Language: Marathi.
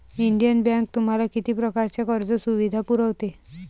इंडियन बँक तुम्हाला किती प्रकारच्या कर्ज सुविधा पुरवते?